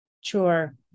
Sure